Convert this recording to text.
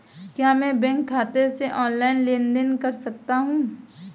क्या मैं बैंक खाते से ऑनलाइन लेनदेन कर सकता हूं?